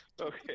okay